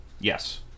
Yes